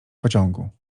pociągu